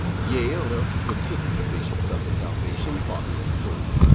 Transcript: yea, or else it were pity but they should suffer salvation, body and soul.